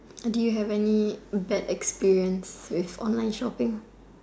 do you have any bad experience with online shopping